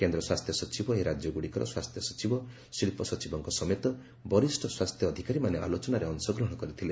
କେନ୍ଦ୍ର ସ୍ୱାସ୍ଥ୍ୟ ସଚିବ ଏହି ରାଜ୍ୟଗୁଡ଼ିକର ସ୍ୱାସ୍ଥ୍ୟ ସଚିବ ଶିଳ୍ପ ସଚିବଙ୍କ ସମେତ ବରିଷ୍ଣ ସ୍ୱାସ୍ଥ୍ୟ ଅଧିକାରୀମାନେ ଆଲୋଚନାରେ ଅଂଶଗ୍ରହଣ କରିଥିଲେ